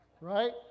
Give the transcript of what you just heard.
Right